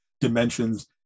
dimensions